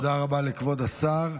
תודה רבה לכבוד השר.